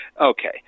okay